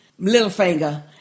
Littlefinger